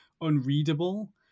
unreadable